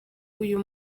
uyu